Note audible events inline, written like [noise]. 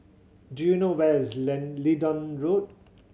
do you know where is [unintelligible] Leedon Road